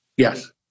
Yes